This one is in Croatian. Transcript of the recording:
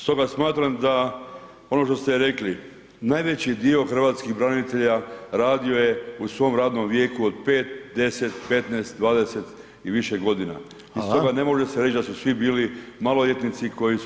Stoga smatram da ono što ste rekli, najveći dio hrvatskih branitelja radio je u svom radnom vijeku od 5,10,15,20 i više godina i stoga ne može se reći da su svi bili maloljetnici koji su